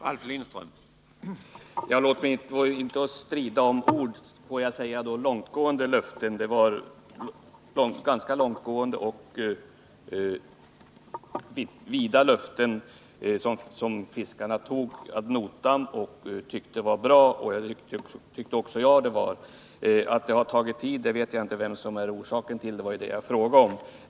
Herr talman! Låt oss inte strida om ord! Låt mig då i stället säga att de löften som gavs i propositionen var långtgående. Fiskarna tog dem ad notam och tyckte de var bra, och det tyckte jag också. Vad som är orsaken till att det har tagit tid vet jag inte — det var ju det jag frågade om.